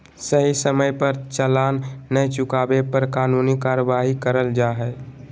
सही समय पर चालान नय चुकावे पर कानूनी कार्यवाही करल जा हय